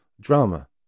Drama